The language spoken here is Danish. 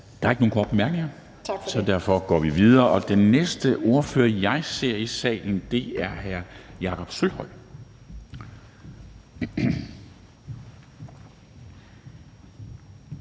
Der er ikke nogen korte bemærkninger. Så derfor går vi videre, og den næste ordfører, jeg ser i salen, er hr. Jakob Sølvhøj,